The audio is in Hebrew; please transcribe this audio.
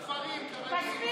מספיק.